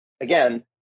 again